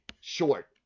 short